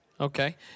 Okay